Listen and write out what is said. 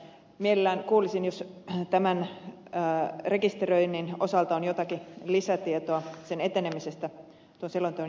mielellään kuulisin jos tämän rekisteröinnin osalta on jotakin lisätietoa sen etenemisestä tuon selonteon jättämisen jälkeen